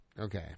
Okay